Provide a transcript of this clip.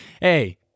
Hey